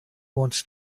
wants